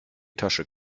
tasche